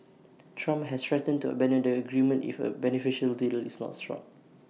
Trump has threatened to abandon the agreement if A beneficial deal is not struck